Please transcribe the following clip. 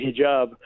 hijab